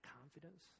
confidence